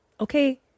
Okay